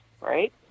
right